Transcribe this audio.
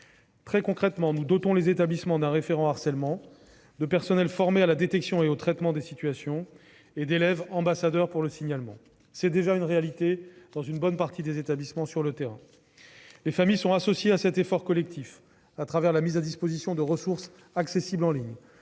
Très concrètement, nous dotons les établissements d'un référent harcèlement, de personnels formés à la détection et au traitement des situations, ainsi que d'élèves ambassadeurs pour le signalement. Ce programme est déjà une réalité sur le terrain, dans une bonne partie des établissements. Les familles sont associées à cet effort collectif, la mise à disposition de ressources accessibles en ligne